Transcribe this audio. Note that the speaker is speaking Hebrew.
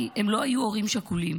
הם לא היו הורים שכולים.